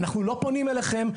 אנחנו לא פונים אליכם.